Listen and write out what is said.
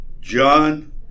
John